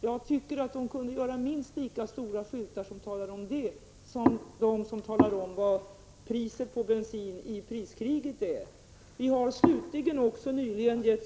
Jag tycker att bensinhandlarna kunde göra minst lika stora skyltar som talar om att de har blyfri bensin som de vid priskrig använder för att tala om priset på bensin. Vi har slutligen också nyligen gett ——-.